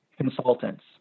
consultants